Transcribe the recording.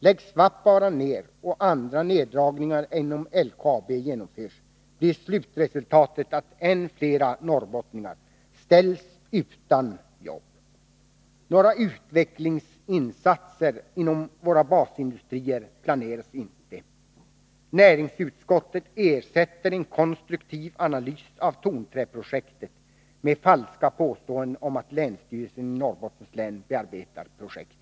Om Svappavaara läggs ned och andra neddragningar inom LKAB genomförs, blir slutresultatet att än flera norrbottningar ställs utan jobb. Några utvecklingsinsatser inom våra basindustrier planeras inte. Näringsutskottet ersätter en konstruktiv analys av tonträprojektet med falska påståenden om att länsstyrelsen i Norrbottens län bearbetar projektet.